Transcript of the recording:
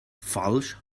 falsch